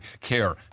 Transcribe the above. care